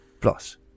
Plus